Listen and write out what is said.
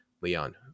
Leon